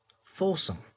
Folsom